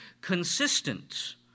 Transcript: consistent